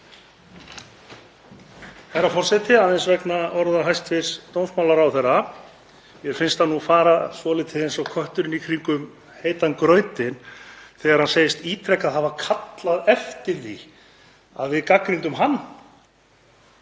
Herra forseti. Aðeins vegna orða hæstv. dómsmálaráðherra: Mér finnst hann fara svolítið eins og köttur í kringum heitan graut þegar hann segist ítrekað hafa kallað eftir því að við gagnrýndum hann.